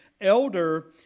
Elder